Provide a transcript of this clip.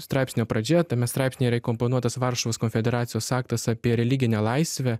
straipsnio pradžia tame straipsnyje yra įkomponuotas varšuvos konfederacijos aktas apie religinę laisvę